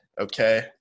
okay